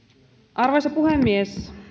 arvoisa puhemies